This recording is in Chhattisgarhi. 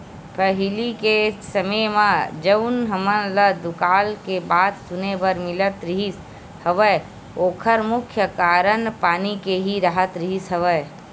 पहिली के समे म जउन हमन ल दुकाल के बात सुने बर मिलत रिहिस हवय ओखर मुख्य कारन पानी के ही राहत रिहिस हवय